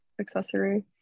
accessory